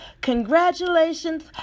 Congratulations